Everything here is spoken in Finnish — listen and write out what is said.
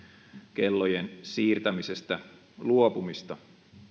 kellojen siirtämisestä luopumista